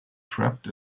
trapped